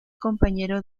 compañero